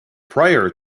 prior